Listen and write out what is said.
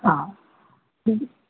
हा